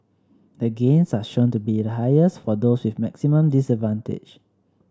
the gains are shown to be the highest for those with maximum disadvantage